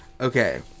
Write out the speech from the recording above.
Okay